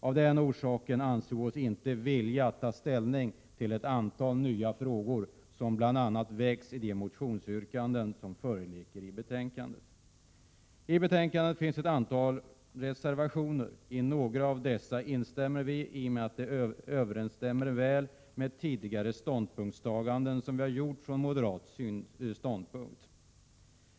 Av den orsaken ansåg vi oss inte vilja ta ställning till ett antal nya frågor, som bl.a. väckts i de motionsyrkanden som föreligger i betänkandet. I betänkandet finns ett antal reservationer. I några av dessa instämmer vi, eftersom de överensstämmer väl med tidigare ståndpunktstaganden som gjorts från moderat sida.